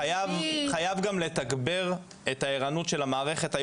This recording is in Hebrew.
חייבים גם לתגבר את הערנות של המערכת.